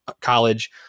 college